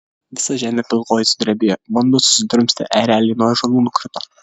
visa žemė pilkoji sudrebėjo vanduo susidrumstė ereliai nuo ąžuolų nukrito